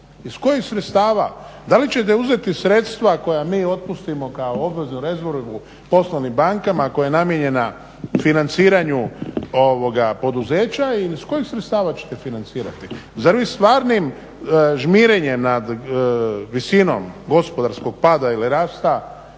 Iz kojih sredstava? Da li ćete uzeti sredstva koja mi otpustimo kao obveznu rezervu poslovnim bankama koja je namijenjena financiranju poduzeća ili iz kojih sredstava ćete financirati? Zar vi stvarnim žmirenjem nad visinom gospodarskog pada ili rasta